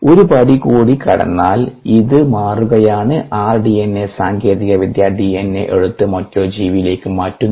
ഒരു പടി കൂടി കടന്നാൽ ഇത് മാറുകയാണ് ആർഡിഎൻഎ സാങ്കേതികവിദ്യ ഡിഎൻഎ എടുത്ത് മറ്റൊരു ജീവിയിലേക്ക് മാറ്റുന്നു